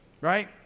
right